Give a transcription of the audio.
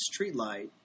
streetlight